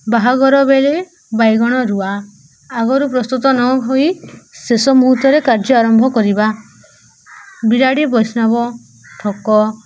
ବାହାଘର ବେଳେ ବାଇଗଣ ରୁଆ ଆଗରୁ ପ୍ରସ୍ତୁତ ନ ହୋଇ ଶେଷ ମୁହୂର୍ତ୍ତରେ କାର୍ଯ୍ୟ ଆରମ୍ଭ କରିବା ବିରାଡ଼ି ବୈଷ୍ଣବ ଠକ